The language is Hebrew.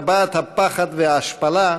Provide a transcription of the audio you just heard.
טבעת הפחד וההשפלה,